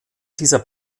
dieser